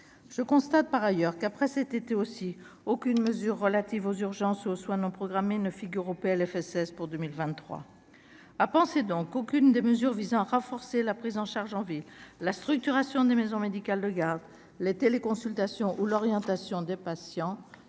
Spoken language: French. je constate par ailleurs qu'après cet été aussi aucune mesure relative aux urgences, aux soins non programmés ne figure au Plfss pour 2023 à penser donc aucune des mesures visant à renforcer la prise en charge en ville, la structuration des maisons médicales de garde les téléconsultations ou l'orientation des patients ne seraient